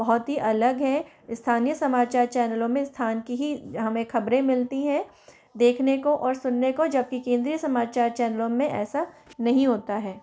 बहुत ही अलग है स्थानीय समाचार चैनलों में स्थान की ही हमें खबरें मिलती हैं देखने को और सुनने को जब भी केंद्रीय समाचार चैनलों में ऐसा नहीं होता है